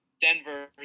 Denver